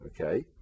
Okay